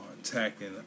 attacking